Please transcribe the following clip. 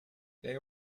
they